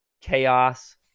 chaos